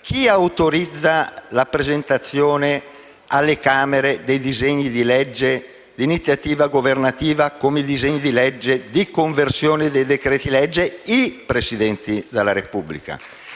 chi autorizza la presentazione alle Camere dei disegni di legge di iniziativa governativa, come i disegni di legge di conversione dei decreti-legge? I Presidenti della Repubblica.